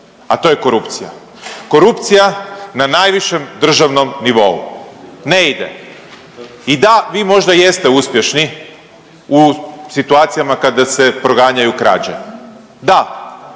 A to je korupcija. Korupcija na najvišem državnom nivou. Ne ide. I da, vi možda jeste uspješni u situacijama kada se proganjaju krađe, da.